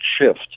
shift